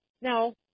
now